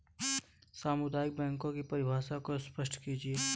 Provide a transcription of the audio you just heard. सामुदायिक बैंकों की परिभाषा को स्पष्ट कीजिए?